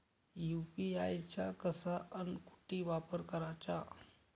UPI चा कसा अन कुटी वापर कराचा?